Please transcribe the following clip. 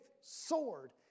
sword